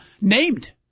named